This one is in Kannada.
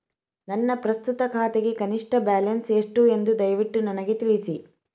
ನನ್ನ ಪ್ರಸ್ತುತ ಖಾತೆಗೆ ಕನಿಷ್ಟ ಬ್ಯಾಲೆನ್ಸ್ ಎಷ್ಟು ಎಂದು ದಯವಿಟ್ಟು ನನಗೆ ತಿಳಿಸಿ